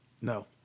No